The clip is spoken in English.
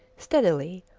steadily,